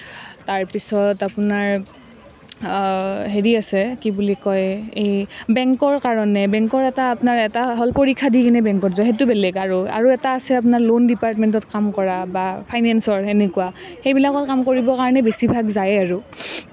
তাৰপিছত আপোনাৰ হেৰি আছে কি বুলি কয় এই বেংকৰ কাৰণে বেংকৰ এটা আপোনাৰ এটা হ'ল পৰীক্ষা দি কিনে বেংকত যোৱা সেইটো বেলেগ আৰু আৰু এটা আছে আপোনাৰ লোন ডিপাৰ্টমেণ্টত কাম কৰা বা ফাইনেঞ্চৰ সেনেকুৱা সেইবিলাকত কাম কৰিবৰ কাৰণে বেছিভাগ যায়েই আৰু